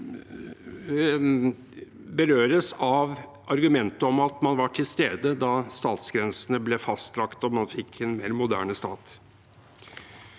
berøres av argumentet om at man var til stede da statsgrensene ble fastlagt og man fikk en mer moderne stat.